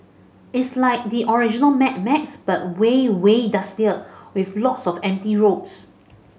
it's like the original Mad Max but way way dustier with lots of empty roads